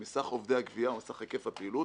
מסך עובדי הגבייה או מסך היקף הפעילות